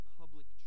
public